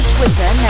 Twitter